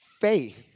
faith